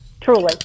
truly